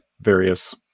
various